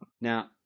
Now